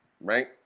right